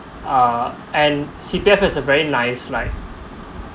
uh and C_P_F is a very nice like